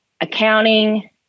accounting